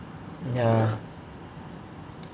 ya